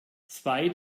zwei